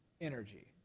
energy